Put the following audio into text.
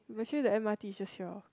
imagine the m_r_t is just here